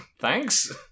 Thanks